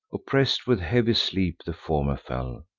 oppress'd with heavy sleep the former fell,